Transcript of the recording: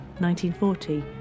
1940